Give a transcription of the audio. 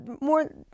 more